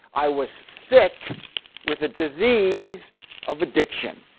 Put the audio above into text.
i was sick with a disease of addiction.